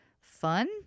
fun